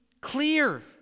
clear